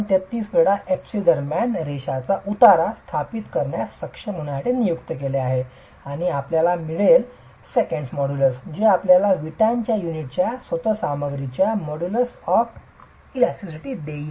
33 वेळा fc दरम्यान रेषाचा उतारा स्थापित करण्यास सक्षम होण्यासाठी नियुक्त केले आहे आणि आपल्याला मिळेल सेकंट मॉड्यूलस जे आपल्याला विटांच्या युनिटच्या स्वतःच सामग्रीच्या इलास्टिसिटी मोडुलुस देईल